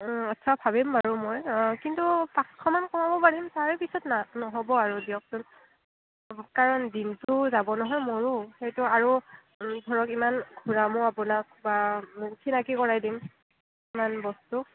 আচ্ছা ভাবিম বাৰু মই কিন্তু পাঁচশমান কমাব পাৰিম তাৰ পিছত না নহ'ব আৰু দিয়কছোন কাৰণ দিনটো যাব নহয় মোৰো সেইটো আৰু ধৰক ইমান ঘূৰামো আপোনাক বা চিনাকি কৰাই দিম কিছুমান বস্তু